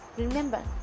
Remember